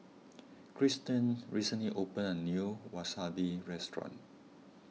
Kristen recently opened a new Wasabi restaurant